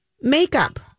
makeup